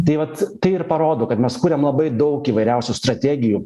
tai vat tai ir parodo kad mes kuriam labai daug įvairiausių strategijų